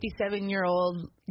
57-year-old